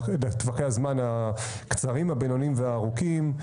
לטווחי הזמן הקצרים, הבינוניים והארוכים.